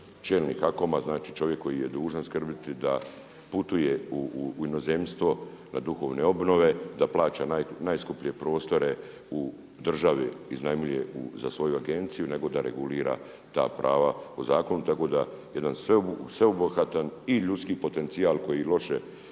čelnik HAKOM-a, znači čovjek koji je dužan skrbiti da putuje u inozemstvo na duhovne obnove, da plaća najskuplje prostore u državi, iznajmljuje za svoju agenciju nego da regulira ta prava u zakonu, tako da jedan sveobuhvatan i ljudski potencijal koji loše